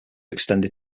extended